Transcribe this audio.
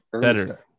better